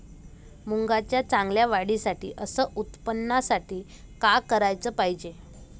मुंगाच्या चांगल्या वाढीसाठी अस उत्पन्नासाठी का कराच पायजे?